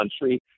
country